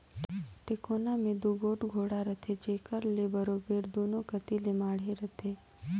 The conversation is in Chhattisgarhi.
टेकोना मे दूगोट गोड़ा रहथे जेकर ले बरोबेर दूनो कती ले माढ़े रहें